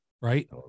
right